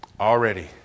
Already